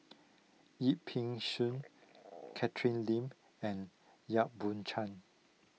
Yip Pin Xiu Catherine Lim and Yap Boon Chuan